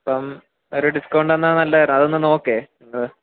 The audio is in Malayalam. ഇപ്പം ഒരു ഡിസ്ക്കൗണ്ട് തന്നാൽ നല്ലതായിരുന്നു അതൊന്ന് നോക്കു ആ